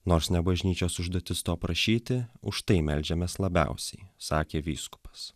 nors ne bažnyčios užduotis to prašyti už tai meldžiamės labiausiai sakė vyskupas